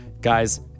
Guys